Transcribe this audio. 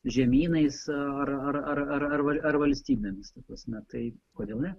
žemynais ar ar ar ar ar valstybėmis ta prasme tai kodėl ne